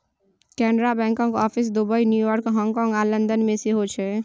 कैनरा बैंकक office Dubai, New York, हाँगकाँग आ लंदन मे सेहो छै